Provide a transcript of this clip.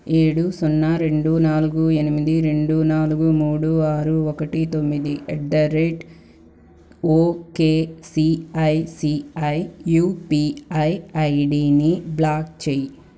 ఏడు సున్నా రెండు నాలుగు ఎనిమిది రెండు నాలుగు మూడు ఆరు ఒకటి తొమ్మిది at the rate okay ICICI UPI ఐడిని బ్లాక్ చేయి